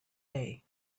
day